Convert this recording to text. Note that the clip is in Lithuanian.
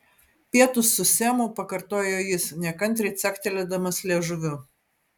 pietūs su semu pakartojo jis nekantriai caktelėdamas liežuviu